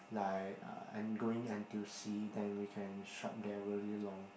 like uh and going N_T_U_C then we can shop there really long